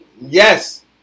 yes